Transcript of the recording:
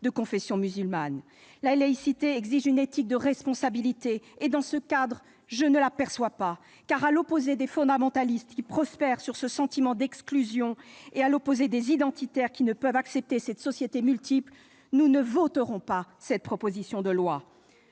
de confession musulmane. La laïcité exige une éthique de responsabilité. Or, dans le cadre de ce texte, je ne l'aperçois pas. À l'opposé des fondamentalistes qui prospèrent sur le sentiment d'exclusion, et à l'opposé des identitaires qui ne peuvent accepter une société multiple, nous ne voterons pas cette proposition de loi.